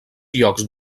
llocs